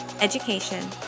education